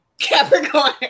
Capricorn